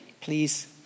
Please